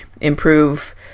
improve